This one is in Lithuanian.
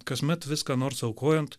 kasmet vis ką nors aukojant